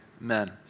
Amen